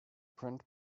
print